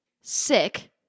sick